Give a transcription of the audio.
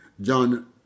John